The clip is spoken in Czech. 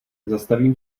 zastavím